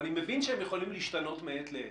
אני מבין שהם יכולים להשתנות מעת לעת.